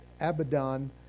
Abaddon